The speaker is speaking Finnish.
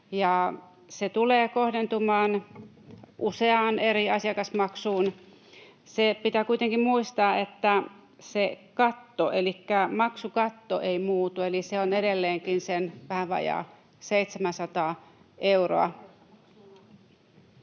se tulee kohdentumaan useaan eri asiakasmaksuun. Pitää kuitenkin muistaa, että se maksukatto ei muutu, eli se on edelleenkin sen vähän vajaa 700 euroa.